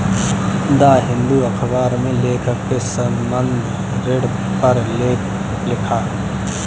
the Hindu अखबार में लेखक ने संबंद्ध ऋण पर लेख लिखा